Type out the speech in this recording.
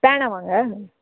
பேனாவாங்க